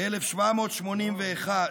ב-1782.